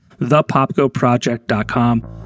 ThePopGoProject.com